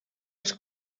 els